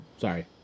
Sorry